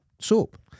Soap